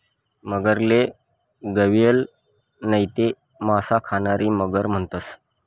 मगरले गविअल नैते मासा खानारी मगर म्हणतंस